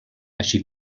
així